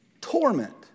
torment